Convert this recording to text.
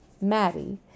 Maddie